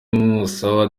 musaba